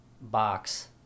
box